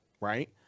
right